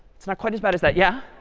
it's not quite as bad as that. yeah.